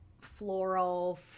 floral